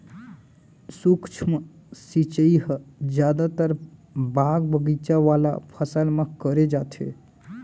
सूक्ष्म सिंचई ह जादातर बाग बगीचा वाला फसल म करे जाथे